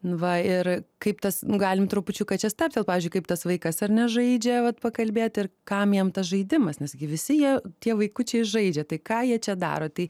va ir kaip tas galim trupučiuką čia stabtelt pavyzdžiui kaip tas vaikas ar ne žaidžia vat pakalbėt ir kam jam tas žaidimas nes gi visi jie tie vaikučiai žaidžia tai ką jie čia daro tai